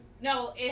No